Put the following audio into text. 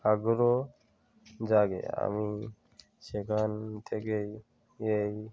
আগ্রহ জাগে আমি সেখান থেকেই এই